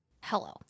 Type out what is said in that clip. Hello